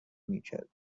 میکردند